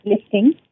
lifting